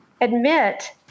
admit